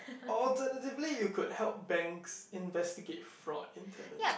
alternatively you could help banks investigate fraud internally